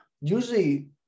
usually